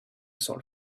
sort